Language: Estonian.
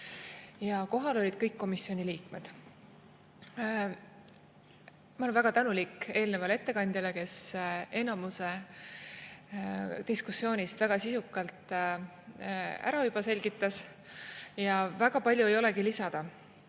ja kohal olid kõik komisjoni liikmed. Ma olen väga tänulik eelnevale ettekandjale, kes enamuse diskussioonist väga sisukalt juba ära selgitas. Väga palju ei olegi lisada,